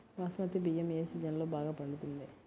బాస్మతి బియ్యం ఏ సీజన్లో బాగా పండుతుంది?